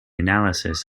analysis